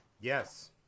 Yes